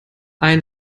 ein